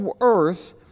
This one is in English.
earth